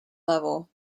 level